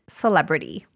celebrity